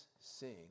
sing